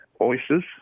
oysters